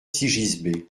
sigisbées